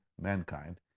mankind